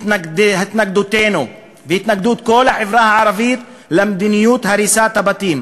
התנגדותנו והתנגדות כל החברה הערבית למדיניות הריסת הבתים